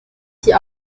die